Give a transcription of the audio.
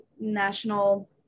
national